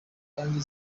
kandi